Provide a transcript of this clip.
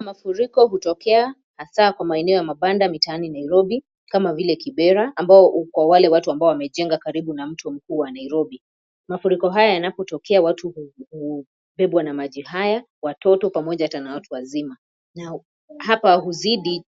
Mafuriko hutokea hasaa kwa maeneo ya mapanda mitaani nairobi kama vile kibera ambao kwa wale watu ambao wamejenga karibu na mto mkubwa wa nairobi. Mafuriko haya yanapotokea watu hubebwa na maji haya watoto pamoja na hata watu wazima. Na hapa huzidi